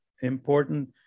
important